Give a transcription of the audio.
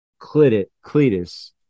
Cletus